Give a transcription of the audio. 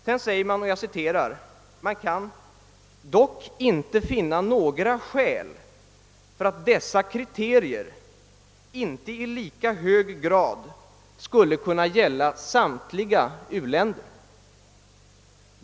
Sedan skriver reservanterna, att de dock inte kan finna några skäl för att dessa kriterier inte i lika hög grad skulle kunna gälla samtliga u-länder.